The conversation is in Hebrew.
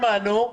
שמענו.